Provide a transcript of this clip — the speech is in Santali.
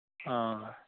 ᱚᱻ